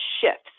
shifts